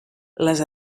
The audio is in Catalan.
les